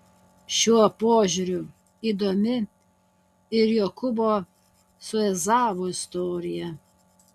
šiuo požiūriu įdomi ir jokūbo su ezavu istorija